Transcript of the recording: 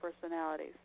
personalities